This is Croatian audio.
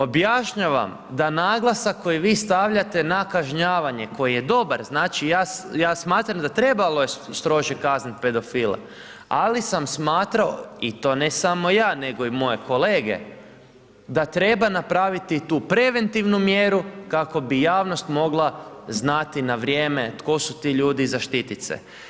Objašnjavam da naglasak, koji vi stavljate na kažnjavanje, koji je dobar, znači ja smatram da trebalo je strože kazne pedofila, ali sam smatrao, i to ne samo ja nego i moje kolege, da treba napraviti tu preventivnu mjeru, kako bi javnost mogla znati na vrijeme tko su ti ljudi i zaštiti se.